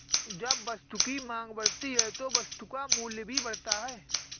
जब वस्तु की मांग बढ़ती है तो वस्तु का मूल्य भी बढ़ता है